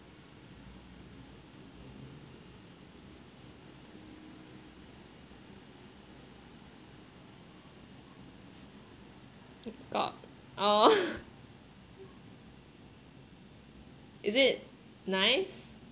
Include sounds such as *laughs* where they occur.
oh oh *laughs* is it nice